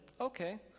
okay